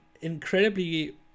incredibly